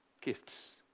gifts